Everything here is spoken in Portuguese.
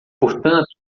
portanto